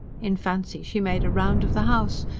in fancy she made a round of the house,